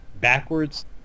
backwards